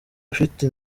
afite